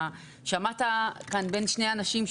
שמעת כאן בין שני אנשים,